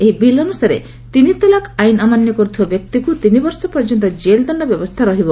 ଏହି ବିଲ୍ ଅନୁସାରେ ତିନି ତଲାକ୍ ଆଇନ୍ ଅମାନ୍ୟ କରୁଥିବା ବ୍ୟକ୍ତିକୁ ତିନିବର୍ଷ ପର୍ଯ୍ୟନ୍ତ ଜେଲଦଣ୍ଡ ବ୍ୟବସ୍ଥା ରହିବ